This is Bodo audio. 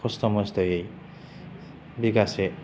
खस्थ' मस्थ'यै बिगासे